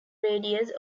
radius